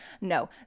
no